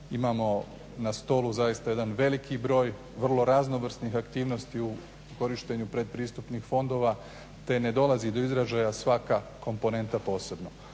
imamo na stolu zaista jedan veliki broj vrlo raznovrsnih aktivnosti u korištenju pretpristupnih fondova te ne dolazi do izražaja svaka komponenta posebno.